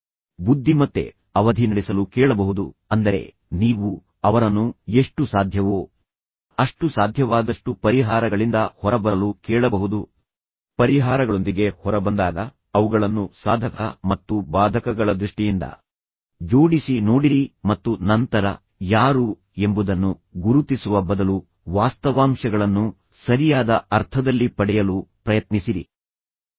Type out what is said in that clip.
ವ್ಯಕ್ತಿಗಳಲ್ಲಿ ನೀವು ಅವರನ್ನು ಬುದ್ದಿಮತ್ತೆ ಅವಧಿ ನಡೆಸಲು ಕೇಳಬಹುದು ಅಂದರೆ ನೀವು ಅವರನ್ನು ಎಷ್ಟು ಸಾಧ್ಯವೋ ಅಷ್ಟು ಸಾಧ್ಯವಾದಷ್ಟು ಪರಿಹಾರಗಳಿಂದ ಹೊರಬರಲು ಕೇಳಬಹುದು ಈಗ ಒಮ್ಮೆ ಅವರು ಪರಿಹಾರಗಳೊಂದಿಗೆ ಹೊರಬಂದಾಗ ನೀವು ಅವುಗಳನ್ನು ಸಾಧಕ ಮತ್ತು ಬಾಧಕಗಳ ದೃಷ್ಟಿಯಿಂದ ಜೋಡಿಸಿ ನೋಡಿರಿ ಮತ್ತು ನಂತರ ಯಾರು ಎಂಬುದನ್ನು ಗುರುತಿಸುವ ಬದಲು ವಾಸ್ತವಾಂಶಗಳನ್ನು ಸರಿಯಾದ ಅರ್ಥದಲ್ಲಿ ಪಡೆಯಲು ಪ್ರಯತ್ನಿಸಿರಿ